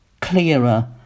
clearer